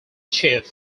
chief